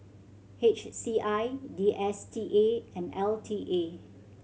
H C I D S T A and L T A